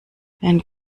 wenn